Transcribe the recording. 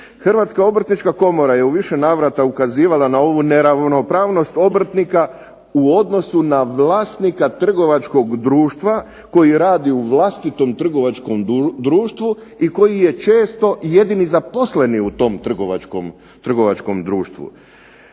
Hrvatska obrtnička komora je u više navrata ukazivala na ovu neravnopravnost obrtnika u odnosu na vlasnika trgovačkog društva koji radi u vlastitom trgovačkom društvu i koji je često i jedini zaposleni u tom trgovačkom društvu.